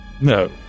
No